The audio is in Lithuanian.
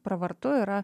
pravartu yra